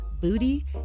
booty